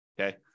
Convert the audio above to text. Okay